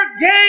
game